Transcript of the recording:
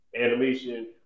animation